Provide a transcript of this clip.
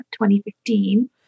2015